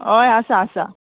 हय आसा आसा